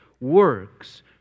works